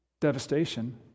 devastation